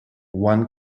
one